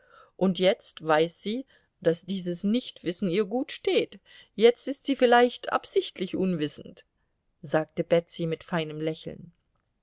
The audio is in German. und jetzt weiß sie daß dieses nichtwissen ihr gut steht jetzt ist sie vielleicht absichtlich unwissend sagte betsy mit feinem lächeln